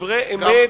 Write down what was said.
דברי אמת.